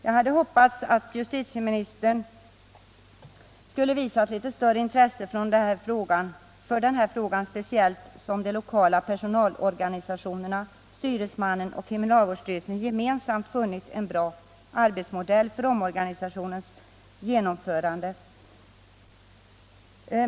Jag hade hoppats att justitieministern skulle visat större intresse för den här frågan, speciellt som de lokala personalorganisationerna, styresmannen och kriminalvårdsstyrelsen gemensamt funnit en bra arbetsmodell för omorganisationens genomförande.